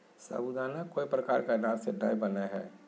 साबूदाना कोय प्रकार के अनाज से नय बनय हइ